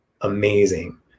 amazing